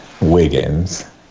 Wiggins